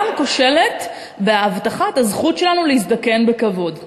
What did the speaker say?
גם כושלת בהבטחת הזכות שלנו להזדקן בכבוד.